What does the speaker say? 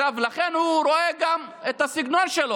לכן הוא רואה גם את הסגנון שלו.